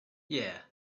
yeah